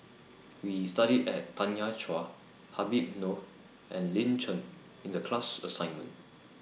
We studied about Tanya Chua Habib Noh and Lin Chen in The class assignment